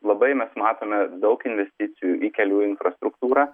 labai mes matome daug investicijų į kelių infrastruktūrą